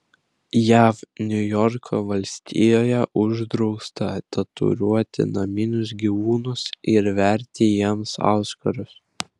jav niujorko valstijoje uždrausta tatuiruoti naminius gyvūnus ir verti jiems auskarus